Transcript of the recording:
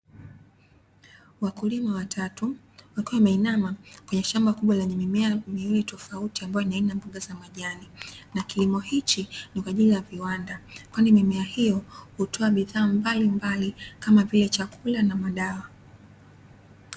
Wakulima watatu, wakiwa wameinama kwenye shamba kubwa lenye mimea miwili tofauti, ambayo ni aina ya mboga za majani. Na kilimo hichi ni kwa ajili ya viwanda kwani mimea hiyo hutoa bidhaa mbalimbali, kama vile; chakula na madawa.